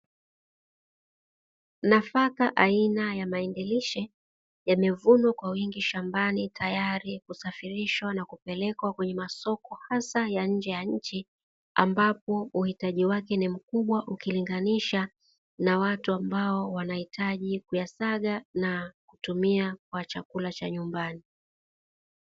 Nafaka aina ya mahindi lishe yamevunwa kwa wingi shambani, tayari kwa kusafirishwa na kupelekwa kwenye masoko hasa ya nje ya nchi, ambapo uhitaji wake ni makubwa ukilinganisha na watu ambao wanahitaji kuyasaga na kutumia kwa chakula cha nyumbani.